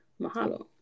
Mahalo